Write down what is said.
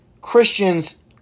Christians